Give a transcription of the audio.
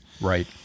Right